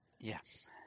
Yes